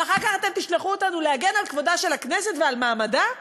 ואחר כך אתם תשלחו אותנו להגן על כבודה של הכנסת ועל מעמדה?